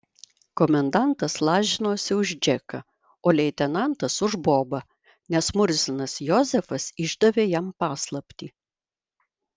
komendantas lažinosi už džeką o leitenantas už bobą nes murzinas jozefas išdavė jam paslaptį